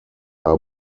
are